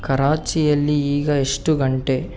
ಕರಾಚಿಯಲ್ಲಿ ಈಗ ಎಷ್ಟು ಗಂಟೆ